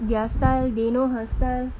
their style they know her style